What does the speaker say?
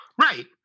Right